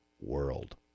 world